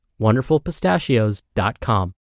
WonderfulPistachios.com